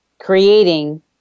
Creating